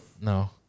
No